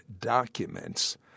documents